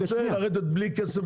אתה רוצה לרדת בלי כסף.